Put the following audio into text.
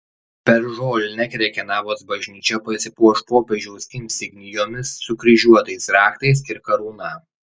per žolinę krekenavos bažnyčia pasipuoš popiežiaus insignijomis sukryžiuotais raktais ir karūna